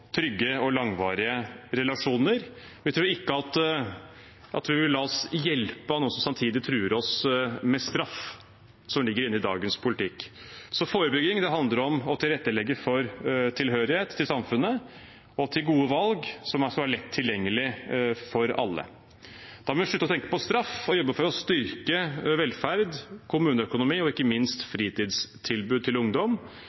trygge og langvarige relasjoner. Jeg tror ikke at vi vil la oss hjelpe av noen som samtidig truer oss med straff, noe som ligger inne i dagens politikk. Så forebygging handler om å tilrettelegge for tilhørighet til samfunnet og for gode valg som skal være lett tilgjengelige for alle. Da må vi slutte å tenke på straff og jobbe for å styrke velferd, kommuneøkonomi og ikke minst fritidstilbud til ungdom